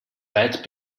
weit